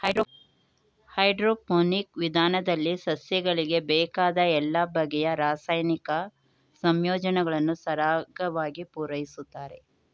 hydroponic ವಿಧಾನದಲ್ಲಿ ಸಸ್ಯಗಳಿಗೆ ಬೇಕಾದ ಎಲ್ಲ ಬಗೆಯ ರಾಸಾಯನಿಕ ಸಂಯೋಜನೆಗಳನ್ನು ಸರಾಗವಾಗಿ ಪೂರೈಸುತ್ತಾರೆ